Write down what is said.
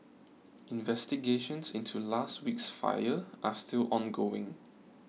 investigations into last week's fire are still ongoing